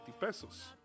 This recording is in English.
pesos